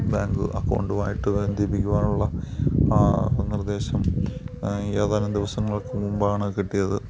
bank അക്കൗണ്ടുമായിട്ട് ബന്ധിപ്പിക്കുവാനുള്ള നിർദ്ദേശം ഏതാനും ദിവസങ്ങൾക്കു മുൻപാണ് കിട്ടിയത്